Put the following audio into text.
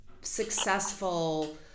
successful